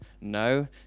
No